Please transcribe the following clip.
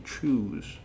choose